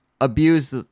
abuse